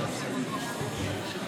לרשותך, השר.